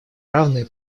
равные